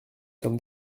sommes